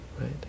right